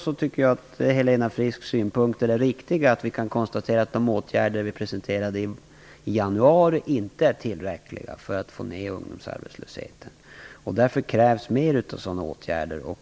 Jag tycker att Helena Frisks synpunkter är riktiga. Vi kan konstatera att de åtgärder som vi presenterade i januari inte är tillräckliga för att få ner ungdomsarbetslösheten. Därför krävs mer av sådana åtgärder.